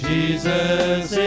Jesus